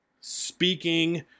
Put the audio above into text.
Speaking